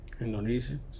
Indonesian